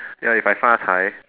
ya if I 发财